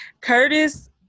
Curtis